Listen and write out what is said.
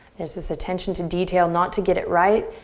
there's this attention to detail not to get it right